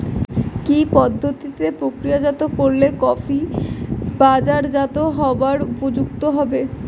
কি পদ্ধতিতে প্রক্রিয়াজাত করলে কফি বাজারজাত হবার উপযুক্ত হবে?